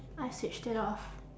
I switched it off